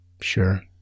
sure